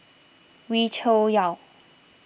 Wee Cho Yaw